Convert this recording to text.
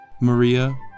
maria